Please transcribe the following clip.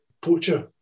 poacher